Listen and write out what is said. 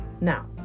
Now